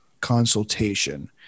consultation